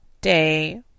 day